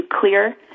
clear